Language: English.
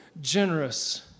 generous